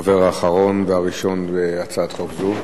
בבקשה, הדובר הראשון והאחרון בהצעת חוק זו.